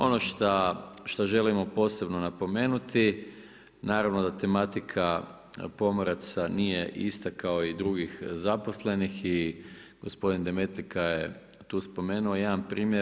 Ono što želimo posebno napomenuti naravno da tematika pomoraca nije ista kao i drugih zaposlenih i gospodin Demetlika je tu spomenuo jedan primjer.